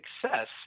success